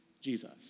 Jesus